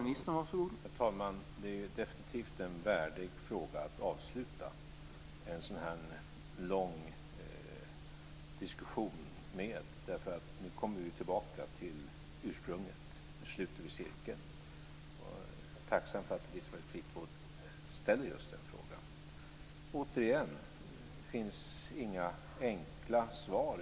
Herr talman! Det är definitivt en värdig fråga att avsluta en sådan här lång diskussion med. Nu kommer vi tillbaka till ursprunget. Nu sluter vi cirkeln. Jag är tacksam för att Elisabeth Fleetwood ställer just den frågan. Återigen finns inga enkla svar.